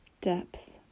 depth